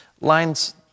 Lines